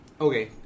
okay